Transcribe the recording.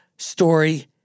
story